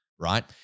right